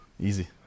Easy